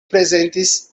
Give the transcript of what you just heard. prezentis